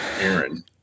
Aaron